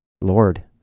Lord